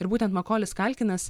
ir būtent makolis kalkinas